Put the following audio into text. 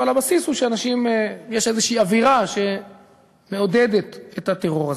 אבל הבסיס הוא שיש איזו אווירה שמעודדת את הטרור הזה,